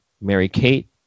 Mary-Kate